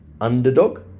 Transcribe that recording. underdog